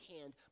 hand